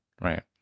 right